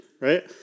right